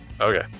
okay